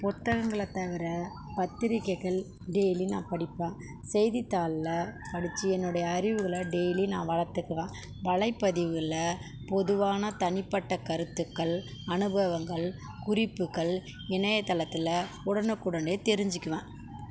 புத்தகங்களை தவிர பத்திரிகைகள் டெய்லியும் நான் படிப்பேன் செய்தித்தாளில் என்னுடைய அறிவுகளை டெய்லி நான் வளர்த்துக்குவேன் வலைப்பதிவுகளில் பொதுவான தனிப்பட்ட கருத்துக்கள் அனுபவங்கள் குறிப்புக்கள் இணையத்தளத்தில் உடனுக்குடனே தெரிஞ்சுக்கலாம்